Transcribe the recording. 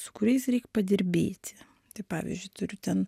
su kuriais reik padirbėti tai pavyzdžiui turiu ten